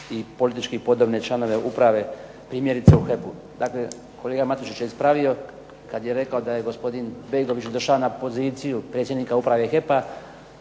i politički podobne članove uprave primjerice u HEP-u. Dakle, kolega Matušić je ispravio kad je rekao da je gospodin Begović došao na poziciju predsjednika uprave HEP-a